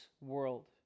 world